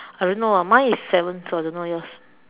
I don't know ah mine is seven so I don't know yours